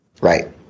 Right